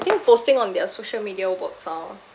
think posting on their social media works ah